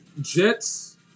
Jets